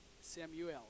Samuel